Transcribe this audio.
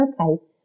okay